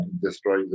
destroy